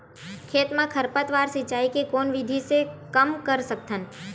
खेत म खरपतवार सिंचाई के कोन विधि से कम कर सकथन?